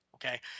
Okay